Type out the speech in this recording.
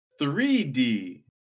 3D